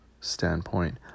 standpoint